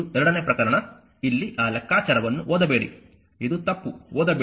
ಇದು ಎರಡನೇ ಪ್ರಕರಣ ಇಲ್ಲಿ ಆ ಲೆಕ್ಕಾಚಾರವನ್ನು ಓದಬೇಡಿ ಇದು ತಪ್ಪು ಓದಬೇಡಿ